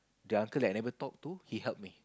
the uncle that I never talk to he help me